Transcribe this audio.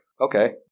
Okay